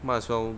might as well